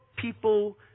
people